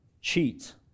cheat